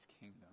kingdom